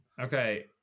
Okay